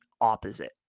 opposite